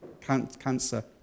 cancer